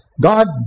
God